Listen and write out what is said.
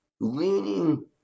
leaning